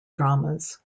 dramas